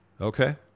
Okay